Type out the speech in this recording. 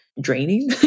draining